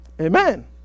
Amen